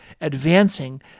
advancing